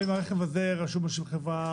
לפעמים הרכב הזה רשום על שם חברה,